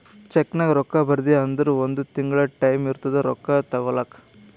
ಚೆಕ್ನಾಗ್ ರೊಕ್ಕಾ ಬರ್ದಿ ಅಂದುರ್ ಒಂದ್ ತಿಂಗುಳ ಟೈಂ ಇರ್ತುದ್ ರೊಕ್ಕಾ ತಗೋಲಾಕ